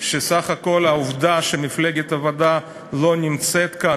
שסך הכול העובדה שמפלגת העבודה לא נמצאת כאן,